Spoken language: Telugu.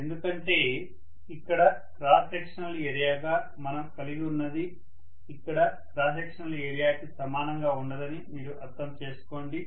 ఎందుకంటే ఇక్కడ క్రాస్ సెక్షనల్ ఏరియాగా మనం కలిగి ఉన్నది ఇక్కడ క్రాస్ సెక్షనల్ ఏరియాకి సమానంగా ఉండదని మీరు అర్థం చేసుకోండి